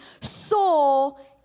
soul